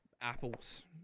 apples